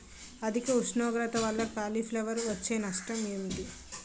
అధిక ఉష్ణోగ్రత వల్ల కాలీఫ్లవర్ వచ్చే నష్టం ఏంటి?